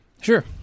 sure